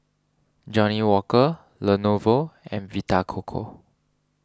Johnnie Walker Lenovo and Vita Coco